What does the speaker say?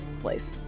place